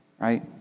right